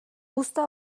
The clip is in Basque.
uzta